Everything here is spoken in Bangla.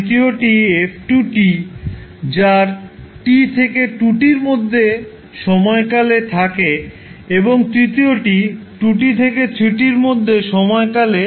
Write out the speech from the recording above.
দ্বিতীয়টি 𝑓2 𝑡 যা t থেকে 2t এর মধ্যের সময়কাল এ থাকে এবং তৃতীয়টি 2t থেকে 3t এর মধ্যে সময়কাল এ